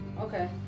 Okay